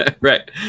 Right